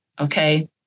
okay